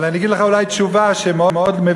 אבל אני אגיד לך אולי תשובה שהיא מאוד מבישה.